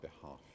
behalf